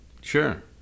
Sure